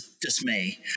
dismay